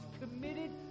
committed